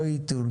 לא איטונג,